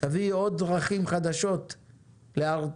תביאי עוד דרכים חדשות להרתיע.